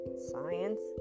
science